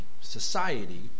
society